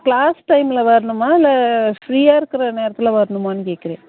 class டைம்மில வரணுமா இல்லை ஃப்ரீயாக இருக்கிற நேரத்தில் வரணுமான்னு கேட்குறேன்